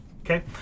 Okay